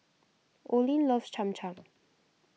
Oline loves Cham Cham